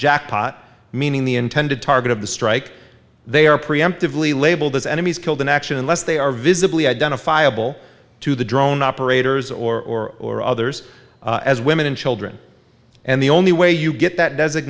jackpot meaning the intended target of the strike they are preemptively labeled as enemies killed in action unless they are visibly identifiable to the drone operators or or others as women and children and the only way you get that des